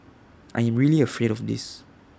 I am really afraid of this